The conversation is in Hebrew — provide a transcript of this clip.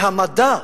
והמדע,